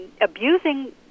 abusing